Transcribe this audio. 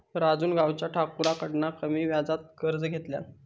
राजून गावच्या ठाकुराकडना कमी व्याजात कर्ज घेतल्यान